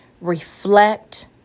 reflect